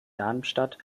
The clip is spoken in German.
darmstadt